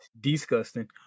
disgusting